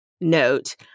note